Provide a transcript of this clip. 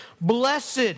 Blessed